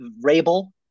Rabel